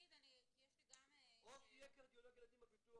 תגיד כי יש לי גם --- או שיהיה קרדיולוג ילדים בביטוח